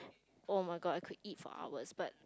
oh-my-god I could eat for hours but